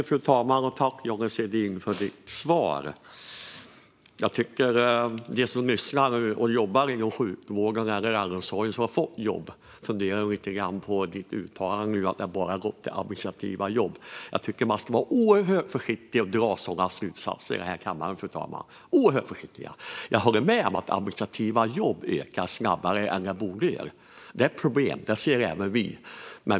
Fru talman! Tack, Johnny Svedin, för ditt svar! De som lyssnar och har fått jobb inom sjukvården eller äldreomsorgen funderar nog lite grann på ditt uttalande nu om att pengarna bara har gått till administrativa jobb. Jag tycker att man ska vara oerhört försiktig med att dra sådana slutsatser i den här kammaren, fru talman. Jag håller med om att de administrativa jobben ökar snabbare än de borde göra. Det är ett problem; det ser även vi.